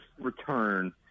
return